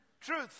truth